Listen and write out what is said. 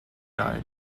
died